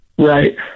Right